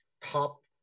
top